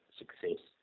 success